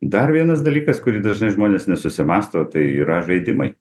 dar vienas dalykas kurį dažnai žmonės nesusimąsto tai yra žaidimai